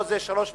או זה 3.2%,